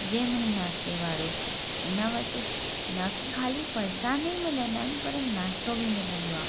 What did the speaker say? Gemini नाश्ते वारो हिन वटि न कि ख़ाली फरसाने ई मिलंदा आहिनि पर नाश्तो बि मिलंदो आहे